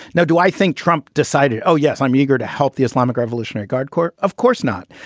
now, do i think trump decided? oh, yes. i'm eager to help the islamic revolutionary guard corps. of course not.